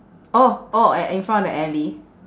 oh oh at in front of the alley